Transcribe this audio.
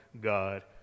God